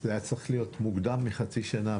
זה היה צריך להיות מוקדם מחצי שנה,